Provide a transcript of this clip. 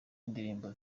indirimbo